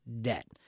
debt